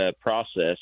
process